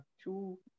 two